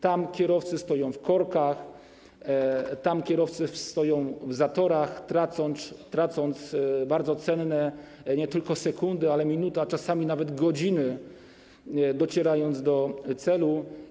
Tam kierowcy stoją w korkach, tam kierowcy stoją w zatorach, tracąc bardzo cenne nie tylko sekundy, ale i minuty, a czasami nawet godziny, docierając do celu.